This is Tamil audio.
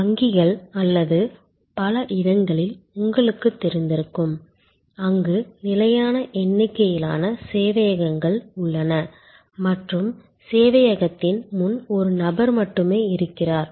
வங்கிகள் அல்லது பல இடங்களில் உங்களுக்குத் தெரிந்திருக்கும் அங்கு நிலையான எண்ணிக்கையிலான சேவையகங்கள் உள்ளன மற்றும் சேவையகத்தின் முன் ஒரு நபர் மட்டுமே இருக்கிறார்